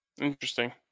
interesting